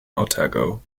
otago